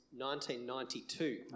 1992